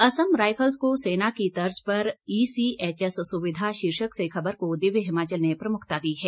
Assam rifles को सेना की तर्ज पर ईसीएचएस सुविधा शीर्षक से खबर को दिव्य हिमाचल ने प्रमुखता दी है